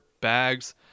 bags